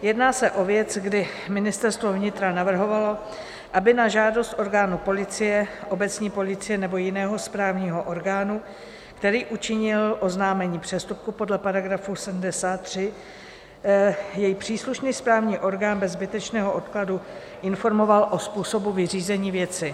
Jedná se o věc, kdy Ministerstvo vnitra navrhovalo, aby na žádost orgánu policie, obecní policie nebo jiného správního orgánu, který učinil oznámení přestupku podle § 73, jej příslušný správní orgán bez zbytečného odkladu informoval o způsobu vyřízení věci.